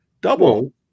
Double